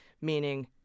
Meaning